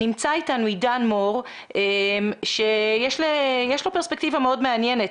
נמצא אתנו עידן מור שיש לו פרספקטיבה מאוד מעניינת,